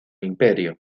imperio